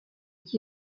qui